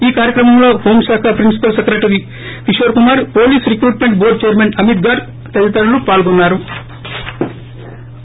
ఈ కార్యక్రమంలో హోమ్ శాఖ principal secretary Kishore Kumar police recruitment board chairman Amit Garg తదితరులు పాల్గొన్సారు